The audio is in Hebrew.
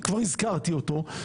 כבר הזכרתי אותו,